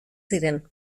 ziren